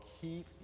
keep